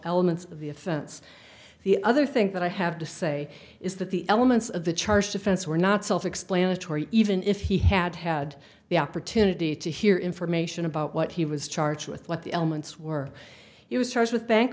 elements of the offense the other thing that i have to say is that the elements of the charged offense were not self explanatory even if he had had the opportunity to hear information about what he was charged with what the elements were he was charged with bank